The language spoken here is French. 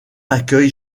accueille